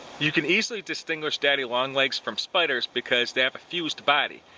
you can easily distinguish daddy long legs from spiders, because they have a fused body.